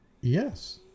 Yes